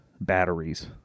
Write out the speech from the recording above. batteries